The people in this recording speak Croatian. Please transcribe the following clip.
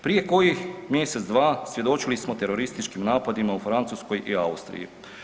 Prije koji mjesec, dva, svjedočili smo terorističkim napadima u Francuskoj i Austriji.